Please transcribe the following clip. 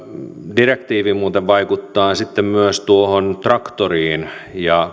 direktiivi muuten vaikuttaa sitten myös tuohon traktoriin ja